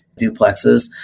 duplexes